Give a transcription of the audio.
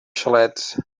xalets